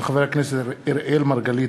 מאת חברי הכנסת אראל מרגלית,